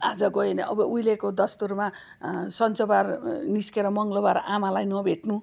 आज गयो भने अब उहिलेको दस्तुरमा सञ्चबार निस्केर मङ्गलबार आमालाई नभेट्नु